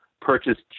purchased